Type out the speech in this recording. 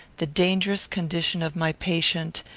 the dangerous condition of my patient,